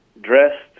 dressed